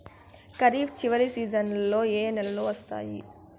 ఖరీఫ్ చివరి సీజన్లలో ఏ నెలలు వస్తాయి?